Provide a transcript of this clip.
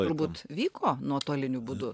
turbūt vyko nuotoliniu būdu